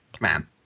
man